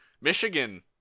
Michigan